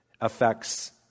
affects